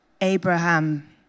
Abraham